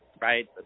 right